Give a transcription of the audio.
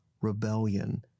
rebellion